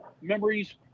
memories